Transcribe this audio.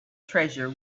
treasure